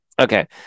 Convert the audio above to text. Okay